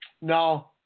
no